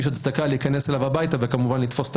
יש הצדקה להיכנס אליו הביתה וכמובן לתפוס את